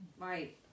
right